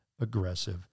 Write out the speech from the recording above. aggressive